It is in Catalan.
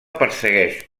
persegueix